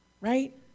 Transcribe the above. Right